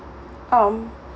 um